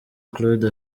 claude